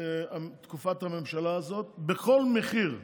תקופת הממשלה הזאת בכל מחיר.